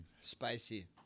spicy